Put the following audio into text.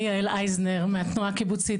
אני מהתנועה הקיבוצית,